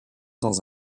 dans